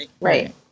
Right